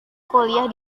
kuliah